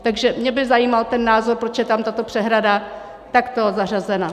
Takže mě by zajímal ten názor, proč je tam tato přehrada takto zařazena.